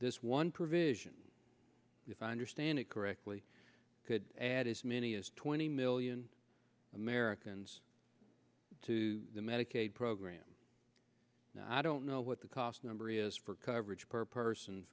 this one provision if i understand it correctly could add as many as twenty million americans to the medicaid program i don't know what the cost number is for coverage per person